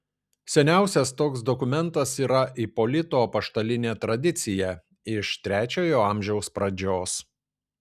seniausias toks dokumentas yra ipolito apaštalinė tradicija iš trečiojo amžiaus pradžios